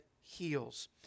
heals